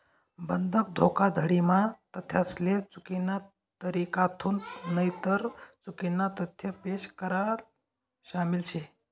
बंधक धोखाधडी म्हा तथ्यासले चुकीना तरीकाथून नईतर चुकीना तथ्य पेश करान शामिल शे